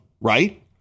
right